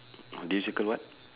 did you circle what